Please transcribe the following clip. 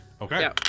Okay